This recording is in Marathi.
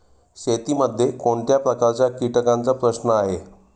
शेतीमध्ये कोणत्या प्रकारच्या कीटकांचा प्रश्न आहे?